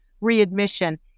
readmission